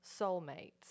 soulmates